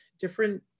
different